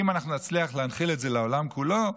אם נצליח להנחיל את זה לעולם כולו,